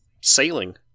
sailing